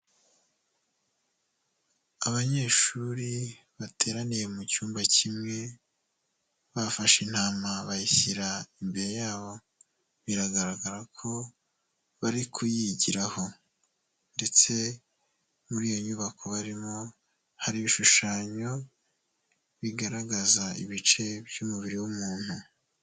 Abanyeshuri bateraniye mu cyumba kimwe, bafashe intama bayishyira imbere yabo, biragaragara ko bari kuyigiraho ndetse muri iyo nyubako barimo hari ibishushanyo bigaragaza ibice by'umubiri w'umuntu.